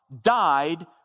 died